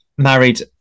Married